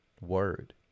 word